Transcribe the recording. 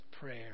prayer